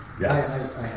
Yes